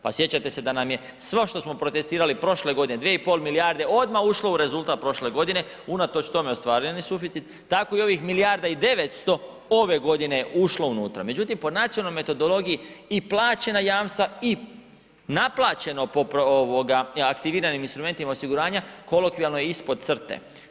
Pa sjećate se da nam je sve ono što smo protestirali prošle godine, 2,5 milijarde odmah ušlo u rezultat prošle godine, unatoč tome ostvaren je suficit, tako i ovih milijarda i 900, ove godine je ušlo unutra, međutim po nacionalnoj metodologiji i plaćena jamstva i naplaćeno po aktiviranim instrumentima osiguranja, kolokvijalno je ispod crte.